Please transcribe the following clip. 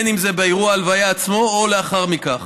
אם באירוע ההלוויה עצמו ואם לאחר מכן.